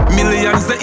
Millions